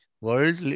world